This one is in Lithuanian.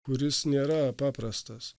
kuris nėra paprastas